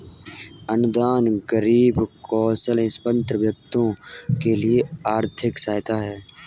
अनुदान गरीब कौशलसंपन्न व्यक्तियों के लिए आर्थिक सहायता है